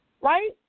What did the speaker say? right